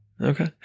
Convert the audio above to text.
Okay